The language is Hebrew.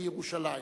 בירושלים.